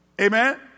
Amen